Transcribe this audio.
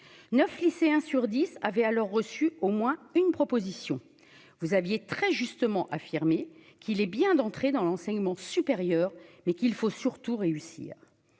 9 lycéens sur 10 avaient alors reçu au moins une proposition vous aviez très justement affirmé qu'il est bien d'entrer dans l'enseignement supérieur, mais qu'il faut surtout réussir,